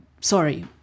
sorry